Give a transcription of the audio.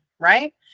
Right